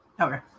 Okay